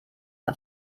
auf